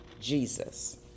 Jesus